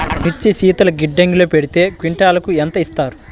మిర్చి శీతల గిడ్డంగిలో పెడితే క్వింటాలుకు ఎంత ఇస్తారు?